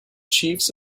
chiefs